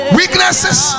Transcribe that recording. weaknesses